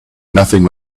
nothing